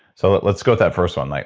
so let's go to that first one. like